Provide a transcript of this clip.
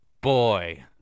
boy